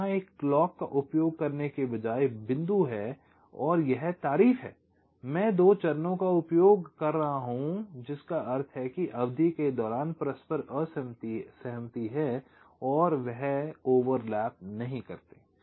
यहां एक क्लॉक का उपयोग करने के बजाय बिंदु है और यह तारीफ है मैं दो चरणों का उपयोग कर रहा हूं जिसका अर्थ है कि अवधि के दौरान परस्पर असहमति है वे ओवरलैप नहीं करते हैं